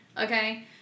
Okay